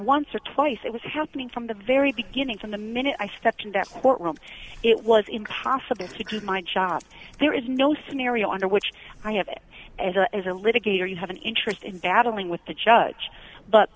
once or twice it was happening from the very beginning from the minute i stepped in that courtroom it was impossible to do my job there is no scenario under which i have it as a litigator you have an interest in battling with the judge but